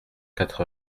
quatre